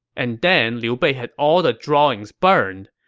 and then liu bei had all the drawings burned.